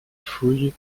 fouille